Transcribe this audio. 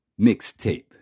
Mixtape